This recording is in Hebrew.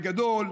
בגדול,